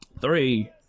Three